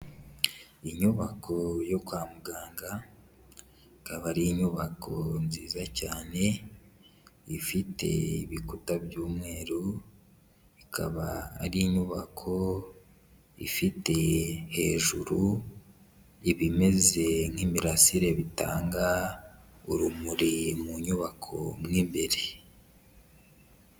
Inyubako yo kwa muganga, ikaba ari inyubako nziza cyane, ifite ibikuta by'umweru, ikaba ari inyubako ifite hejuru ibimeze nk'imirasire bitanga urumuri mu nyubako mo imbere.